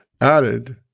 added